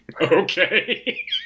okay